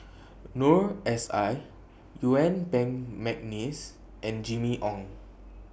Noor S I Yuen Peng Mcneice and Jimmy Ong